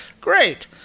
great